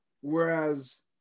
Whereas